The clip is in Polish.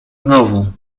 znowu